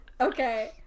Okay